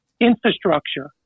infrastructure